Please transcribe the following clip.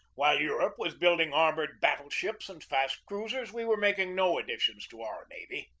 while europe was building armored battle-ships and fast cruisers, we were making no additions to our navy.